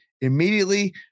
immediately